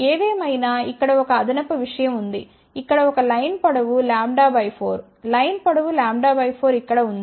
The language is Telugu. ఏదేమైనా ఇక్కడ ఒక అదనపు విషయం ఉంది ఇక్కడ ఒక లైన్ పొడవు λ 4 లైన్ పొడవు λ 4 ఇక్కడ ఉంది